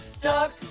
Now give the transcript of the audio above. duck